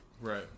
right